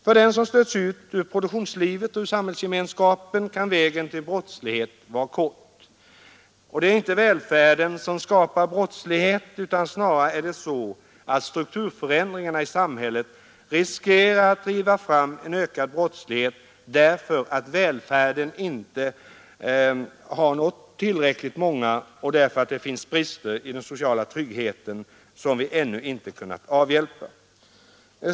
För den som stötts ut ur produktionslivet och ur samhällsgemenskapen kan vägen till brottslighet vara kort. Det är inte välfärden som skapar brottslighet, utan snarare är det så, att strukturförändringarna i samhället riskerar att driva fram en ökad brottslighet därför att välfärden inte har nått tillräckligt många och därför att det finns brister i den sociala tryggheten som vi ännu inte kunnat avhjälpa.